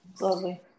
Lovely